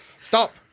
Stop